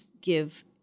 give